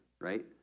right